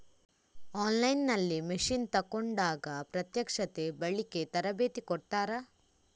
On line ನಲ್ಲಿ machine ತೆಕೋಂಡಾಗ ಪ್ರತ್ಯಕ್ಷತೆ, ಬಳಿಕೆ, ತರಬೇತಿ ಕೊಡ್ತಾರ?